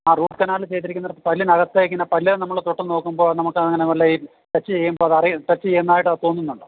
ആ root canal ചെയ്തിരിക്കുന്ന പല്ലിനകത്തേക്ക് ഇങ്ങനെ പല്ല് നമ്മൾ തൊട്ട് നോക്കുമ്പോൾ നമുക്ക് അങ്ങനെ ടച്ച് ചെയ്യുമ്പോൾ ടച്ച് ചെയ്യുന്നതായിട്ട് തോന്നുന്നുണ്ടോ